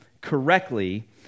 correctly